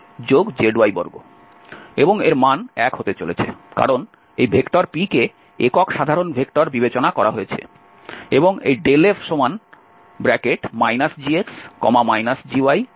এবং এর মান 1 হতে চলেছে কারণ এই p কে একক সাধারণ ভেক্টর বিবেচনা করা হয়েছে এবং এই f gx gy1